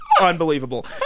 unbelievable